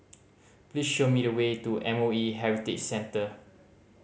please show me the way to M O E Heritage Centre